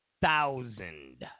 thousand